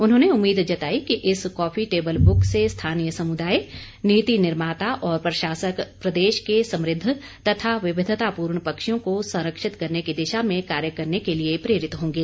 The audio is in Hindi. उन्होंने उम्मीद जताई कि इस कॉफी टेबल बुक से स्थानीय समुदाय निति निर्माता और प्रशासक प्रदेश के समुद्व तथा विविधता पूर्ण पक्षियों को संरक्षित करने की दिशा में कार्य करने के लिए प्रेरित होंगे